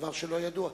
דבר שלא ידוע.